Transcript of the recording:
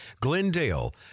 Glendale